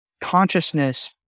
consciousness